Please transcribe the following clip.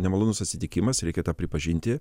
nemalonus atsitikimas reikia tą pripažinti